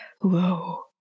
Whoa